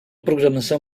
programação